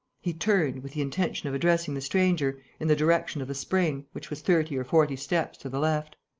he turned, with the intention of addressing the stranger, in the direction of the spring, which was thirty or forty steps to the left.